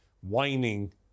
whining